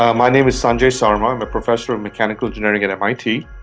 um my name is sanjay sarma. i'm a professor of mechanical engineering at mit